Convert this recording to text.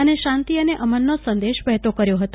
અને શાંતિ અને અમનનો સંદેશો વહેતો કર્યો હતો